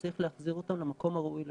וצריך להחזיר אותם למקום הראוי להם.